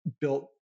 built